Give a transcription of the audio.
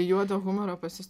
juodo humoro pas jus